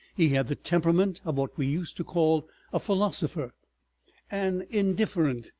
he had the temperament of what we used to call a philosopher an indifferent,